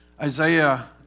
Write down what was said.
Isaiah